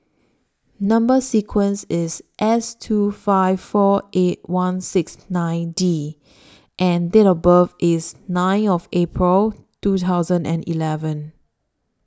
Number sequence IS S two five four eight one six nine D and Date of birth IS nine of April two thousand and eleven